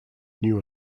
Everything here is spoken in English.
new